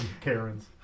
Karens